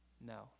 No